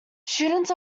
students